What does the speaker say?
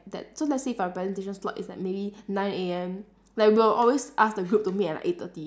that so let's say if our presentation slot is like maybe nine A_M like we'll always ask the group to meet at like eight thirty